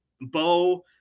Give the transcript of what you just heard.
Bo